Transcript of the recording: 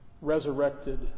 resurrected